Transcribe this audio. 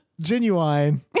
Genuine